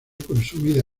consumida